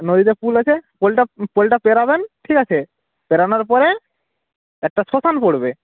নদীতে পুল আছে পুলটা পুলটা পেরোবেন ঠিক আছে পেরনোর পরে একটা শ্মশান পড়বে